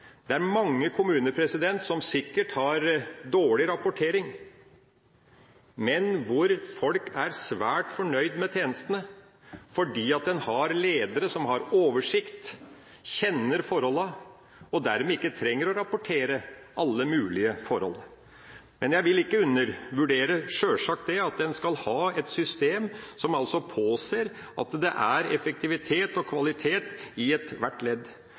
Det er mange kommuner som sikkert har dårlig rapportering, men hvor folk er svært fornøyd med tjenestene, fordi en har ledere som har oversikt, kjenner forholdene og dermed ikke trenger å rapportere alle mulige forhold. Jeg vil sjølsagt ikke undervurdere at en skal ha et system som påser at det er effektivitet og kvalitet i ethvert ledd,